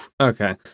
okay